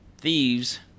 Thieves